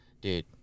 dude